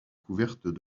couvertes